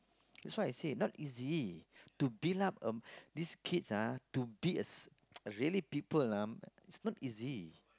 that's why I say not easy to build up uh this kids ah to be a s~ really people lah it's not easy